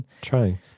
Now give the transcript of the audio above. trying